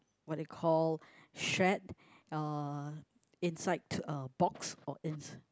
what you called shed uh inside a box or in